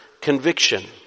conviction